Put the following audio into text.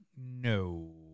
No